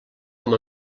com